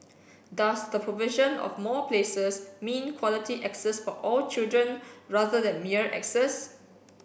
does the provision of more places mean quality access for all children rather than mere access